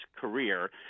career